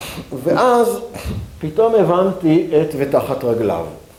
ואז פתאום הבנתי את ותחת רגליו.